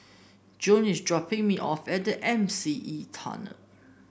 Joan is dropping me off at M C E Tunnel